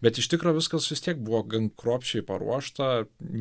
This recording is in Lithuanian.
bet iš tikro viskas vis tiek buvo gan kruopščiai paruošta